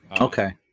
Okay